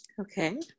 Okay